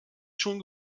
schon